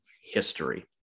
history